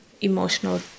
emotional